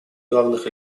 главных